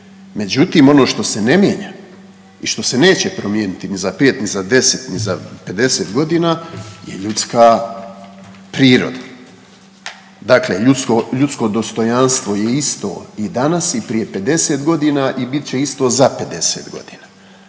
Međutim, ono što se ne mijenja i što se neće promijeniti ni za 5, ni za 10, ni za 50.g. je ljudska priroda, dakle ljudsko, ljudsko dostojanstvo je isto i danas i prije 50.g. i bit će isto za 50.g.,